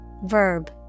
Verb